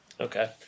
Okay